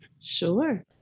Sure